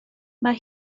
mae